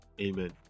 Amen